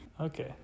Okay